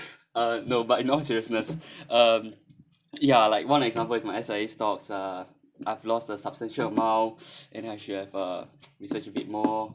uh no but in all seriousness um ya like one example is my S_I_A stocks uh I've lost a substantial amount and then I should have uh researched a bit more